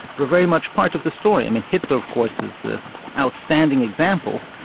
were very much part of the story. i mean, hitler of course is the outstanding example,